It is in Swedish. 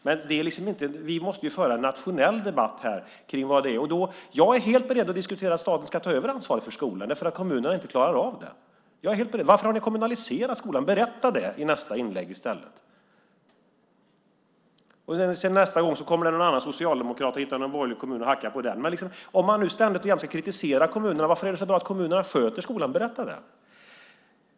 Men vi måste föra en nationell debatt. Jag är helt beredd att diskutera att staten ska ta över ansvaret för skolorna eftersom kommunerna inte klarar av det. Varför har ni kommunaliserat skolan? Berätta det i nästa inlägg i stället! Nästa gång är det någon annan socialdemokrat som hittar en borgerlig kommun att hacka på. Men om man nu ständigt och jämt ska kritisera kommunerna, varför är det så bra att kommunerna sköter skolan? Berätta det!